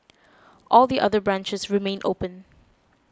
all the other branches remain open